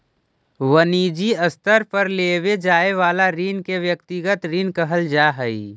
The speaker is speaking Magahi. वनिजी स्तर पर लेवे जाए वाला ऋण के व्यक्तिगत ऋण कहल जा हई